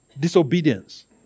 disobedience